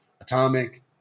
Atomic